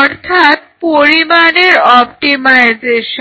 অর্থাৎ পরিমাণের অপটিমাইজেশন